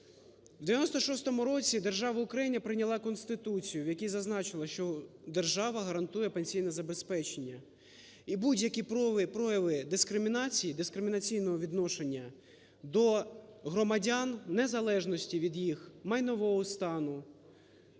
В 1996 році держава Україна прийняла Конституцію, в якій зазначила, що держава гарантує пенсійне забезпечення. І будь-які прояви дискримінації, дискримінаційного відношення до громадян в незалежності від їх майнового стану,